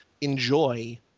enjoy